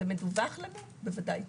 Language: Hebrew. ומדווח לנו ודאי.